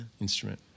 instrument